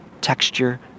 texture